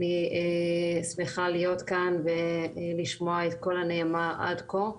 אני שמחה להיות כאן ולשמוע את כל הנאמר עד כה.